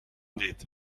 دید